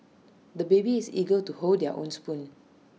the baby is eager to hold his own spoon